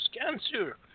cancer